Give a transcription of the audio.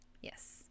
yes